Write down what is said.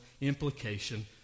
implication